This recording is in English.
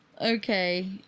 Okay